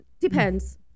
Depends